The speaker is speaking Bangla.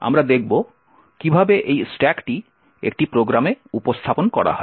আমরা দেখব কীভাবে এই স্ট্যাকটি একটি প্রোগ্রামে উপস্থাপন করা হয়